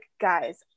guys